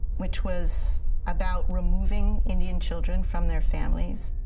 which was about removing indian children from their families,